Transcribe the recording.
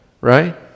right